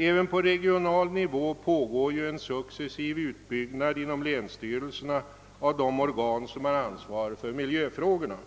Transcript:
Även på regional nivå pågår ju en successiv utbyggnad inom länsstyrelserna av de organ som har ansvar för miljöfrågorna.